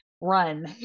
run